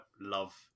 love